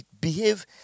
behave